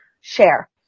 share